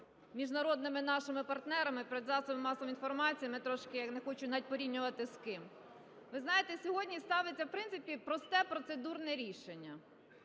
міжнародними нашими партнерами, перед засобами масової інформації, ми трошки... Не хочу навіть порівнювати, з ким. Ви знаєте, сьогодні ставиться, в принципі, просте процедурне рішення.